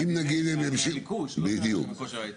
מהביקוש, לא מכושר הייצור.